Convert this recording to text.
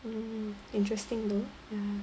mm interesting though